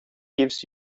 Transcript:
gives